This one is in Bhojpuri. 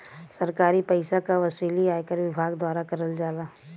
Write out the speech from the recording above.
सरकारी पइसा क वसूली आयकर विभाग द्वारा करल जाला